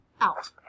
Out